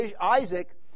Isaac